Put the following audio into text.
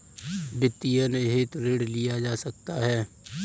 वित्तीयन हेतु ऋण लिया जा सकता है